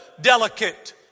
delicate